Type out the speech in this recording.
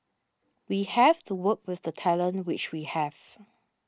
we have to work with the talent which we have